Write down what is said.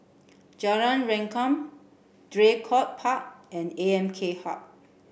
Jalan Rengkam Draycott Park and A M K Hub